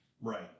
Right